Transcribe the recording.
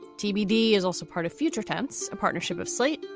tbd is also part of future tense, a partnership of slate,